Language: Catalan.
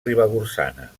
ribagorçana